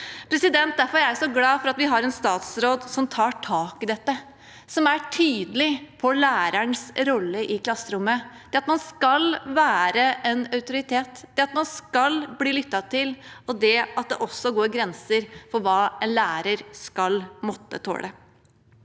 Derfor er jeg så glad for at vi har en statsråd som tar tak i dette, som er tydelig på lærerens rolle i klasserommet – at man skal være en autoritet, at man skal bli lyttet til, og at det også er grenser for hva en lærer skal måtte tåle.